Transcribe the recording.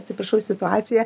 atsiprašau situacija